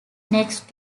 next